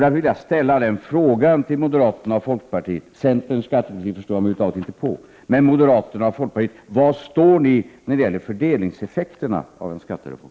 Därför vill jag ställa frågan till moderaterna och folkpartiet — centerns skattepolitik förstår jag mig över huvud taget inte på: Var står ni när det gäller fördelningseffekterna av en 69 skattereform?